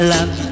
Love